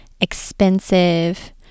expensive